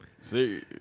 See